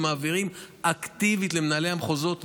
ומעבירים אקטיבית למנהלי המחוזות,